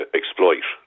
exploit